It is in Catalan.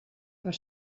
per